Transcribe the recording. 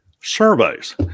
surveys